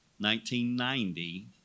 1990